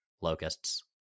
locusts